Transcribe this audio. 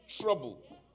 trouble